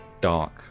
dark